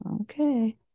Okay